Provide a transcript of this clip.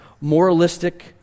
moralistic